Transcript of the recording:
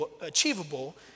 achievable